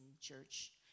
church